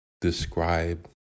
describe